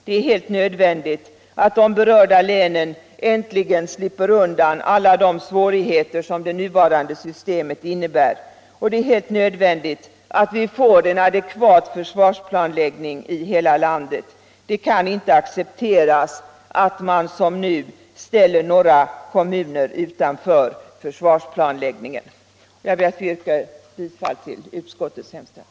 Det är helt nödvändigt att de berörda länen äntligen slipper undan alla de svårigheter som det nuvarande systemet innebär. Det är helt nödvändigt att vi får en adekvat försvarsplanläggning i hela landet. Det kan inte accepteras att man som nu ställer några kommuner utanför försvarsplanläggningen. Jag ber att få yrka bifall till utskottets hemställan.